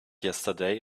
yesterday